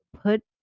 put